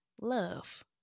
love